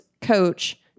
coach